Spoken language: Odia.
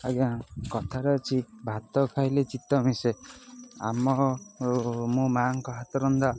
ଆଜ୍ଞା କଥାରେ ଅଛି ଭାତ ଖାଇଲେ ଚିତ୍ତ ମିଶେ ଆମ ମୋ ମାଆଙ୍କ ହାତରନ୍ଧା